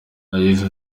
yagize